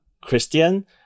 Christian